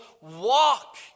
walk